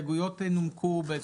ההסתייגויות נומקו.